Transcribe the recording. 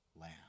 lamb